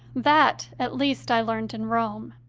that at least i learned in rome,